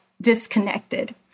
disconnected